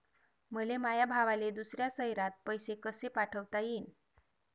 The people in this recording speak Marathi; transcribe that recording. मले माया भावाले दुसऱ्या शयरात पैसे कसे पाठवता येईन?